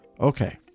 Okay